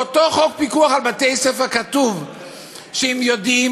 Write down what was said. באותו חוק פיקוח על בתי-ספר כתוב שאם יודעים